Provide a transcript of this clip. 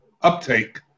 uptake